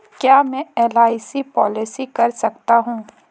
क्या मैं LIC policy कर सकता हूं?